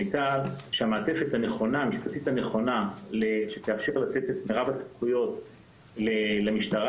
הייתה שהמעטפת המשפטית הנכונה שתאפשר לתת את מרב הסמכויות למשטרה